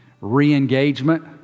re-engagement